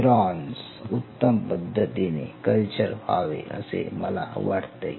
neurons उत्तम पद्धतीने culture व्हावे असे मला वाटते